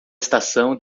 estação